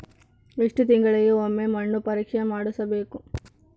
ಎಷ್ಟು ತಿಂಗಳಿಗೆ ಒಮ್ಮೆ ಮಣ್ಣು ಪರೇಕ್ಷೆ ಮಾಡಿಸಬೇಕು?